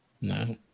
no